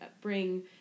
bring